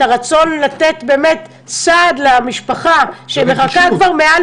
את הרצון לתת סעד למשפחה שמחכה כבר מעל